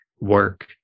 work